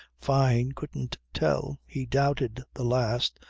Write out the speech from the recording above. fyne couldn't tell. he doubted the last,